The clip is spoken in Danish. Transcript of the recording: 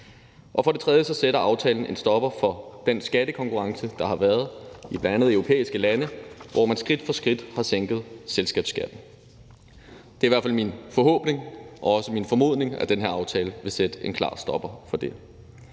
For det tredje sætter aftalen en stopper for den skattekonkurrence, der har været i bl.a. europæiske lande, hvor man skridt for skridt har sænket selskabsskatten. Det er i hvert fald min forhåbning og også min formodning, at den her aftale vil sætte en klar stopper for det.